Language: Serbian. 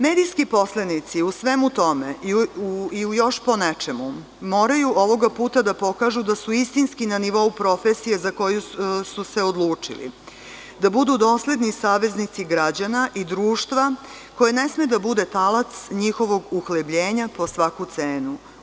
Medijski poslenici u svemu tome i u još ponečemu moraju ovog puta da pokažu da su istinski na nivou profesije za koju su se odlučili, da budu dosledni saveznici građana i društva, koje ne sme da bude talac njihovog uhlebljenja po svaku cenu.